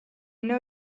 know